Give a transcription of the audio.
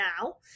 now